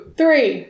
three